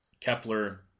Kepler